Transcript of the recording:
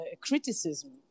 criticism